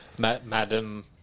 Madam